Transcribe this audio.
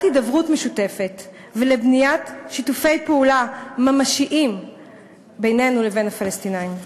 הידברות ולבניית שיתופי פעולה ממשיים בינינו לבין הפלסטינים.